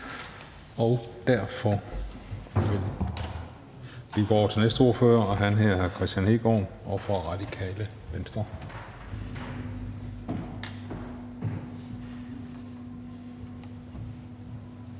Derfor går vi over til næste ordfører, og han hedder hr. Kristian Hegaard fra Radikale Venstre.